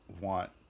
want